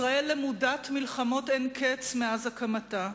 ישראל למודת מלחמות אין-קץ מאז הקמתה,